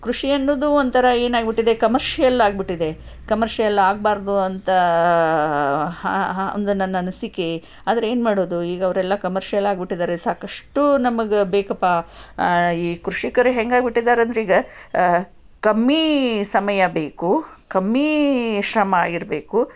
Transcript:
ಕೃಷಿ ಅನ್ನೋದು ಒಂಥರ ಏನಾಗ್ಬಿಟ್ಟಿದೆ ಕಮರ್ಷಿಯಲ್ ಆಗಿಬಿಟ್ಟಿದೆ ಕಮರ್ಷಿಯಲ್ ಆಗಬಾರದು ಅಂತ ನನ್ನ ಅನಿಸಿಕೆ ಆದರೆ ಏನ್ಮಾಡೋದು ಈಗ ಅವರೆಲ್ಲ ಕಮರ್ಷಿಯಲ್ ಆಗಿಬಿಟ್ಟಿದ್ದಾರೆ ಸಾಕಷ್ಟು ನಮಗೆ ಬೇಕಪ್ಪ ಈ ಕೃಷಿಕರೇ ಹೆಂಗಾಗ್ಬಿಟ್ಟಿದ್ದಾರೆ ಅಂದರೀಗ ಕಮ್ಮೀ ಸಮಯಬೇಕು ಕಮ್ಮೀ ಶ್ರಮ ಇರಬೇಕು